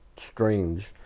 strange